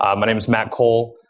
um my name is matt cole,